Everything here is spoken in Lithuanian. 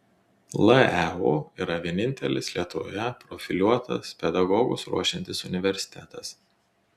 leu yra vienintelis lietuvoje profiliuotas pedagogus ruošiantis universitetas